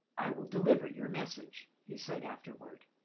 i will deliver your message, he said afterward.